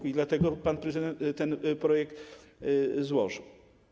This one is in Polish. I dlatego pan prezydent ten projekt złożył.